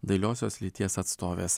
dailiosios lyties atstovės